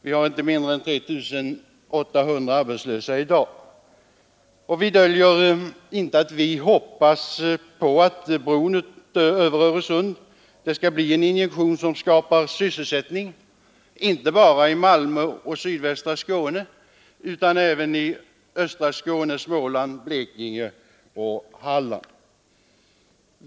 Vi har inte mindre än 3 800 arbetslösa i dag. Vi döljer inte att vi hoppas att bron över Öresund skall bli en injektion som skapar sysselsättning inte bara i Malmö och sydvästra Skåne utan också i östra Skåne, Småland, Blekinge och Halland.